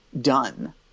done